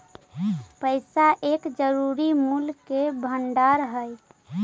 पैसा एक जरूरी मूल्य का भंडार हई